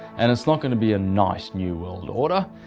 and it's not going to be a nice new world order.